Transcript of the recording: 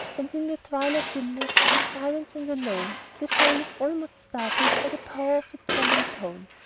and in the twilight dimness, in silence and alone, the soul is almost startled by the power of its solemn tone.